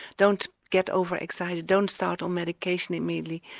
don't get over-excited, don't start on medication immediately,